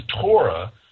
Torah